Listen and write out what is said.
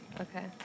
Okay